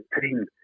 team